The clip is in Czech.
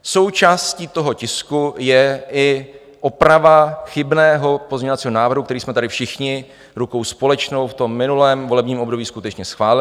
Součástí toho tisku je i oprava chybného pozměňovacího návrhu, který jsme tady všichni rukou společnou v tom minulém volebním období skutečně schválili.